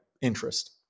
interest